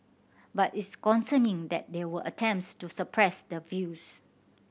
but it's concerning that there were attempts to suppress the views